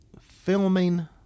filming